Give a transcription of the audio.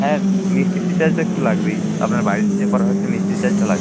হ্যাঁ মিস্তিরির চার্জ তো একটু লাগবেই আপনার বাড়িতে যেয়ে করা হচ্ছে মিস্তিরির চার্জটা লাগবে